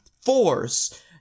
force